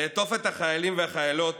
לעטוף את החיילים והחיילות